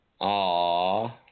Aww